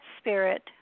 spirit